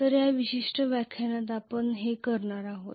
तर या विशिष्ट व्याख्यानात आपण हे करणार आहोत